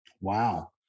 Wow